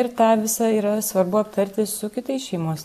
ir tą visą yra svarbu aptarti su kitais šeimos